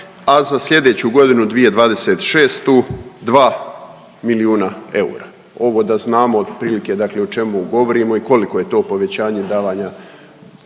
a za sljedeću godinu 2026. dva milijuna eura. Ovo da znamo otprilike dakle o čemu govorimo i koliko je to povećanje davanja